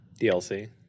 DLC